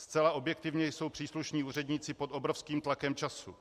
Zcela objektivně jsou příslušní úředníci pod obrovským tlakem času.